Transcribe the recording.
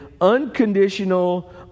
unconditional